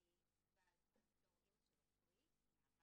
אני באה לכאן כאמא של עופרי נאוה,